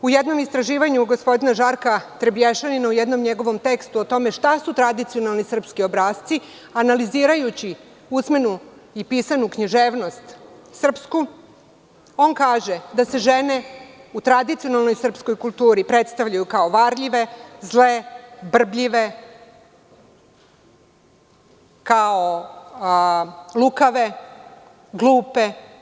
U jednom istraživanju gospodina Žarka Trebješanina u jednom njegovom tekstu o tome šta su tradicionalni srpski obrasci, analizirajući usmenu i pisanu književnost srpsku, on kaže da se žene u tradicionalnoj srpskoj kulturi predstavljaju kao varljive, zle, brbljive, lukave, glupe.